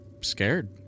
scared